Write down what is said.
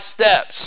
steps